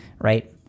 right